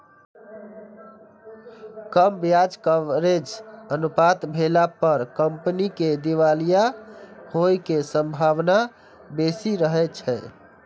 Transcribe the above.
कम ब्याज कवरेज अनुपात भेला पर कंपनी के दिवालिया होइ के संभावना बेसी रहै छै